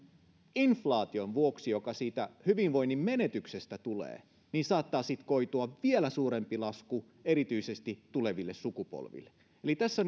inflaation vuoksi joka siitä hyvinvoinnin menetyksestä tulee saattaa sitten koitua vielä suurempi lasku erityisesti tuleville sukupolville eli tässä